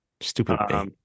Stupid